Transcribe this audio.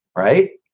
right.